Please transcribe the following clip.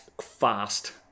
fast